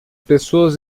pessoas